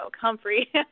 comfrey